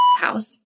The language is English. house